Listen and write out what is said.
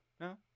No